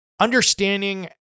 understanding